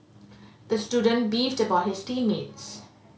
the student beefed about his team mates